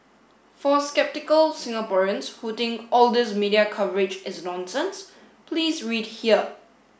for sceptical Singaporeans who think all these media coverage is nonsense please read here